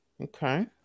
Okay